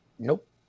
Nope